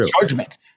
judgment